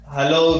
Hello